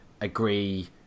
agree